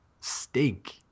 stink